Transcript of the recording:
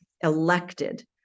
elected